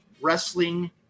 wrestling